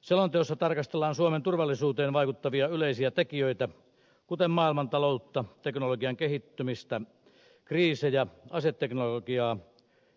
selonteossa tarkastellaan suomen turvallisuuteen vaikuttavia yleisiä tekijöitä kuten maailmantaloutta teknologian kehittymistä kriisejä aseteknologiaa